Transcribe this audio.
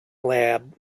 lab